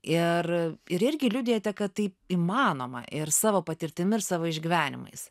ir ir irgi liudijate kad tai įmanoma ir savo patirtimi ir savo išgyvenimais